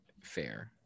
fair